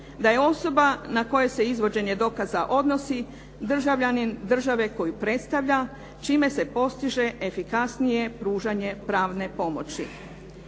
da je osoba na koje se izvođenje dokaza odnosi državljanin države koju predstavlja čime se postiže efikasnije pružanje pravne pomoći.